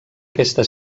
aquesta